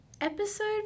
episode